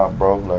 um bro like.